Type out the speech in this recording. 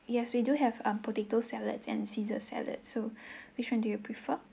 yes we do have um potato salads and caesar salads so which one do you prefer